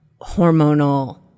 hormonal